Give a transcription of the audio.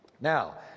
Now